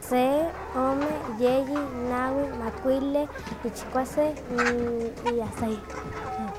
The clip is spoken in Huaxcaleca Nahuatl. Se, ome, yeyi, nawi, makuili, chikuase, y hasta ahí.